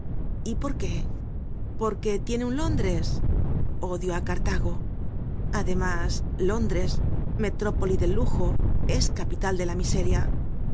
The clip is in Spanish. y por qué porquetiene un londres odio á cartago además londres metrópoli del lujo es capital de la miseria